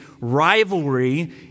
rivalry